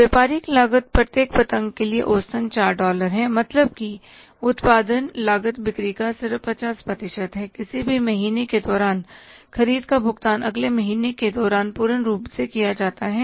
व्यापारिक लागत प्रत्येक पतंग के लिए औसतन 4 डॉलर है मतलब की उत्पादन लागत बिक्री का सिर्फ 50 प्रतिशत है किसी भी महीने के दौरान ख़रीद का भुगतान अगले महीने के दौरान पूर्ण रूप से किया जाता है